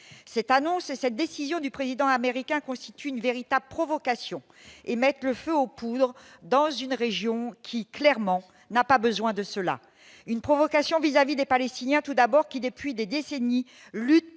c'est annoncé cette décision du président américain constitue une véritable provocation et mettent le feu aux poudres dans une région qui clairement n'a pas besoin de cela une provocation vis-à-vis des Palestiniens, tout d'abord, qui depuis des décennies, luttent